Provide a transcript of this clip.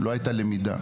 לא הייתה למידה.